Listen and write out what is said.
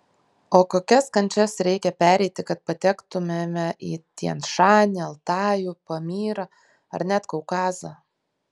o kokias kančias reikia pereiti kad patektumėme į tian šanį altajų pamyrą ar net kaukazą